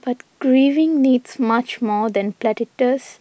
but grieving needs much more than platitudes